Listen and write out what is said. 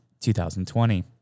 2020